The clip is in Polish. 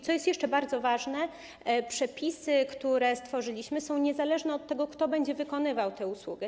Co jest jeszcze bardzo ważne, przepisy, które stworzyliśmy, są niezależne od tego, kto będzie wykonywał tę usługę.